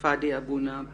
פאדי אבו נאב